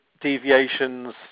deviations